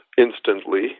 instantly